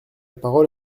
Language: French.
parole